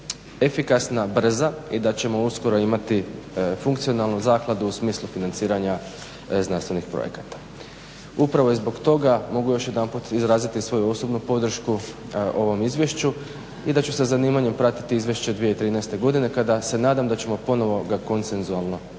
efikasna, brza i da ćemo uskoro imati funkcionalnu zakladu u smislu financiranja znanstvenih projekata. Upravo zbog toga mogu još jedanput izraziti svoju osobnu podršku ovom izvješću i da ću sa zanimanjem pratiti izvješće 2013. godine kada se nadam da ćemo ga ponovo konsenzualno podržati.